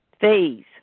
phase